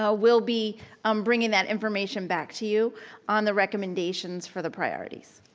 ah we'll be um bringing that information back to you on the recommendations for the priorities.